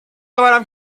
آورم